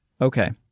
Okay